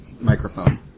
microphone